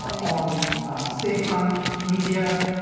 on state-run media,